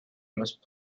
must